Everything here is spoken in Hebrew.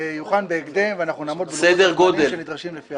זה יוכן בהקדם ואנחנו נעמוד בלוחות הזמנים שנדרשים לפי החוק.